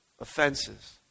offenses